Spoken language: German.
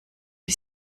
die